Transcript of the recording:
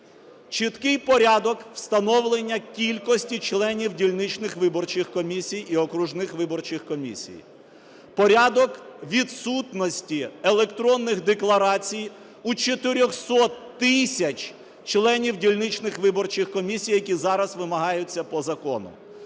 чіткий порядок встановлення кількості членів дільничних виборчих комісій і окружних виборчих комісій; порядок відсутності електронних декларацій у 400 тисяч членів дільничних виборчих комісій, які зараз вимагаються по закону.